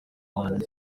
wanjye